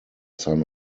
son